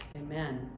Amen